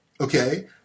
okay